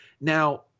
Now